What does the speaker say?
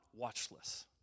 watchless